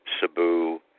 Cebu